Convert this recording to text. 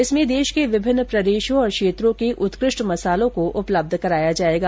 इस मेले में देश के विभिन्न प्रदेशों और क्षेत्रों के उत्कृष्ट मसालों को उपलब्ध कराया जायेगा